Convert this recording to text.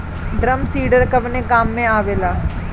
Drum seeder कवने काम में आवेला?